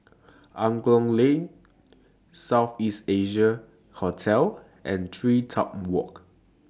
Angklong Lane South East Asia Hotel and TreeTop Walk